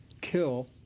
kill